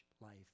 life